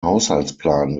haushaltsplan